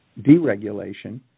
deregulation